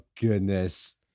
goodness